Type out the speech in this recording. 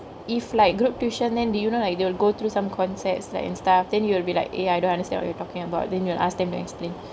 if like group tuition then do you know like they will go through some concepts like and stuff then you'll be like eh I don't understand what you're talkingk about then you'll ask them to explain